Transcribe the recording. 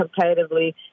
competitively